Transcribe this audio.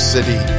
City